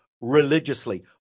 religiously